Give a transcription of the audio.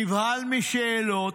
נבהל משאלות